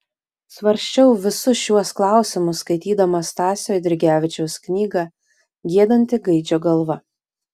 svarsčiau visus šiuos klausimus skaitydamas stasio eidrigevičiaus knygą giedanti gaidžio galva